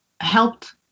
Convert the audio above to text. helped